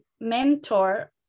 mentor